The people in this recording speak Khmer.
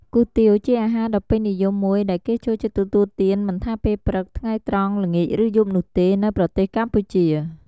គុយទាវ ជាអាហារដ៏ពេញនិយមមួយ ដែលគេចូលចិត្តទទួលទានមិនថាពេលព្រឹក ថ្ងៃត្រង់ ល្ងាច ឬយប់នោះទេ នៅប្រទេសកម្ពុជា។